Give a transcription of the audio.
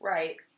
Right